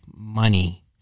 Money